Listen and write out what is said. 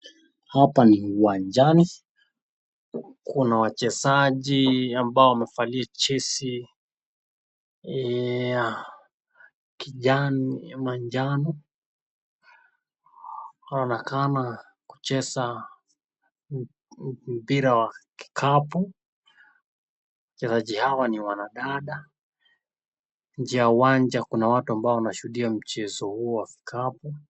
Hapa ni uwanjani kuna wachezaji ambao wamevalia jezi ya kijani manjano. Wanakaa kucheza mpira wa kikabu. Wachezaji hawa ni wanadada. Nje ya uwanja kuna watu wenye wanashuhudia mchezo huo wa vikabu.